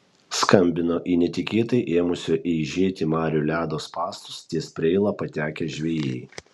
skambino į netikėtai ėmusio eižėti marių ledo spąstus ties preila patekę žvejai